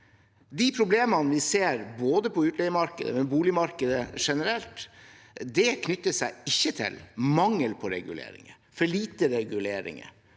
De problemene vi ser, både på utleiemarkedet og på boligmarkedet generelt, knytter seg ikke til mangel på reguleringer, for lite reguleringer,